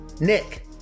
Nick